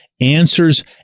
answers